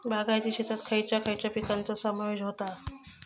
बागायती शेतात खयच्या खयच्या पिकांचो समावेश होता?